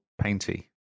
painty